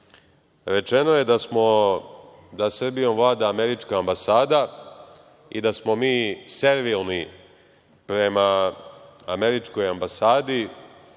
je da Srbijom vlada američka ambasada i da smo mi servilni prema američkoj ambasadi,